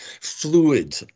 fluid